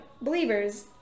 believers